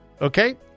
Okay